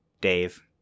Dave